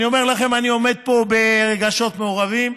אני אומר לכם, אני עומד פה ברגשות מעורבים,